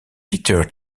peter